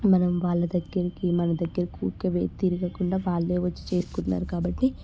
మనం వాళ్ళ దగ్గరికి మన దగ్గరకు ఊరికే పోయి తిరగకుండా వాళ్ళే వచ్చి చేసుకుంటున్నారు కాబట్టి